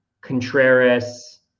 Contreras